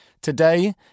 Today